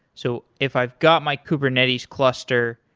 so if i've got my kubernetes cluster,